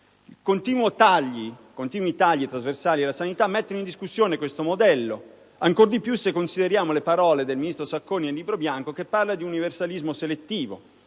Continui tagli trasversali della sanità mettono in discussione questo modello, ancor di più se consideriamo le parole del ministro Sacconi nel Libro bianco, che parla di universalismo selettivo.